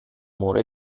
muro